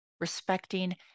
respecting